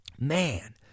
Man